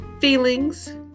feelings